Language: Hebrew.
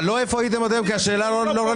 אבל לא "איפה הייתם עד היום" כי השאלה לא רלוונטית.